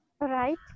Right